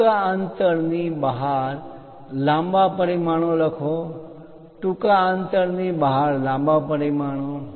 ટૂંકા અંતર ની બહાર લાંબા પરિમાણો લખો ટૂંકા અંતર ની બહાર લાંબા પરિમાણો